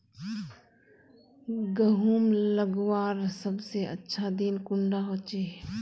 गहुम लगवार सबसे अच्छा दिन कुंडा होचे?